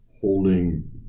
holding